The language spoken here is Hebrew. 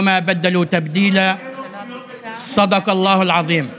ולא שינו דבר מאשר התחייבו." דברי אללה העצום אמת.)